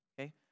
okay